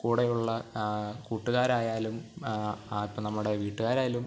കൂടെയുള്ള കൂട്ടുകാരായാലും ഇപ്പം നമ്മുടെ വീട്ടുകാരായാലും